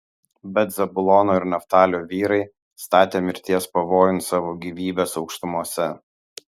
bet zabulono ir neftalio vyrai statė mirties pavojun savo gyvybes aukštumose